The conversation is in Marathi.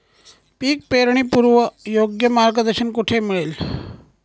पीक पेरणीपूर्व योग्य मार्गदर्शन कुठे मिळेल?